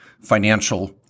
financial